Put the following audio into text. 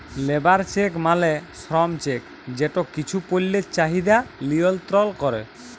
labour check মালে শ্রম check যেট কিছু পল্যের চাহিদা লিয়লত্রল ক্যরে